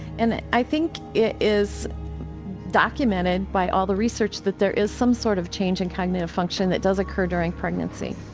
and i think it is documented by all the research that there is some sort of change in cognitive function that does occur during pregnancy.